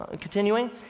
continuing